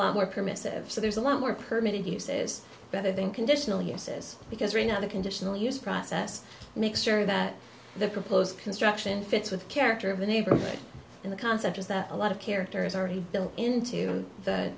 lot more permissive so there's a lot more permanent use is better than conditional uses because right now the conditional use process makes sure that the proposed construction fits with the character of the neighborhood in the concept is that a lot of character is already built into the